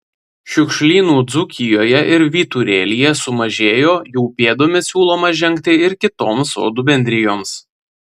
šiukšlynų dzūkijoje ir vyturėlyje sumažėjo jų pėdomis siūloma žengti ir kitoms sodų bendrijoms